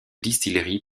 distillerie